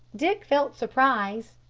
dick felt surprised,